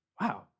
Wow